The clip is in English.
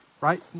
Right